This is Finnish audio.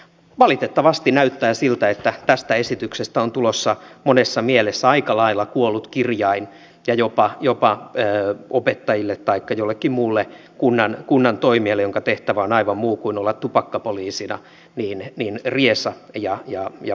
valitettavasti näyttää siltä että tästä esityksestä on tulossa monessa mielessä aika lailla kuollut kirjain ja jopa opettajille taikka jollekin muulle kunnan toimijalle jonka tehtävä on aivan muu kuin olla tupakkapoliisina riesa ja vaikeus